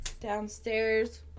downstairs